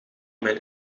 mijn